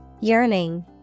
Yearning